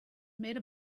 made